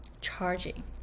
charging